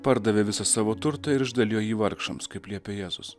pardavė visą savo turtą išdalijo vargšams kaip liepia jėzus